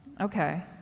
okay